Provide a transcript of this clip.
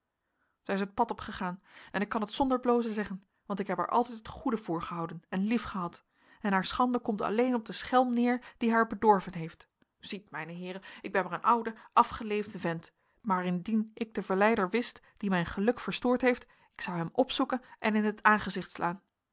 zij is het pad opgegaan en ik kan het zonder blozen zeggen want ik heb haar altijd het goede voorgehouden en liefgehad en haar schande komt alleen op den schelm neer die haar bedorven heeft ziet mijne heeren ik ben maar een oude afgeleefde vent maar indien ik den verleider wist die mijn geluk verstoord heeft ik zou hem opzoeken en in t aangezicht slaan